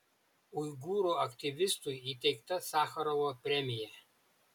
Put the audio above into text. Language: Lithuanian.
uigūrų aktyvistui įteikta sacharovo premija